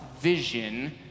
vision